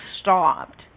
stopped